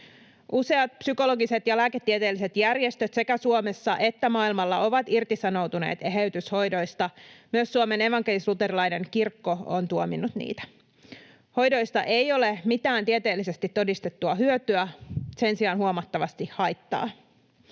Useat psykologiset ja lääketieteelliset järjestöt sekä Suomessa että maailmalla ovat irtisanoutuneet eheytyshoidoista. Myös Suomen evankelis-luterilainen kirkko on tuominnut niitä. Hoidoista ei ole mitään tieteellisesti todistettua hyötyä, sen sijaan huomattavasti haittaa.